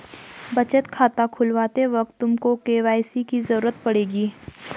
बचत खाता खुलवाते वक्त तुमको के.वाई.सी की ज़रूरत पड़ेगी